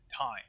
time